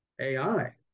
AI